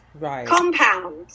compound